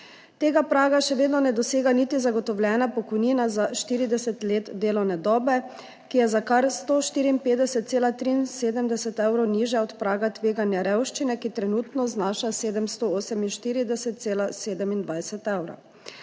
Tega praga še vedno ne dosega niti zagotovljena pokojnina za 40 let delovne dobe, ki je za kar 154,73 evra nižja od praga tveganja revščine, ki trenutno znaša 748,27 evra.